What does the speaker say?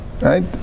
right